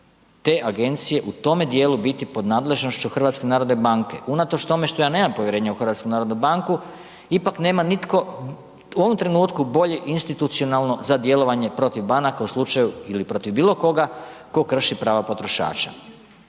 te agencije u tome dijelu biti pod nadležnošću HNB-a. Unatoč tome što ja nemam povjerenja u HNB ipak nema nitko u ovom trenutku bolje institucionalno za djelovanje protiv banaka u slučaju ili protiv bilo koga tko krši prava potrošača.